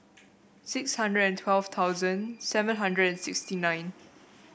six hundred and twelve thousand seven hundred and sixty nine